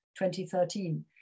2013